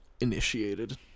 initiated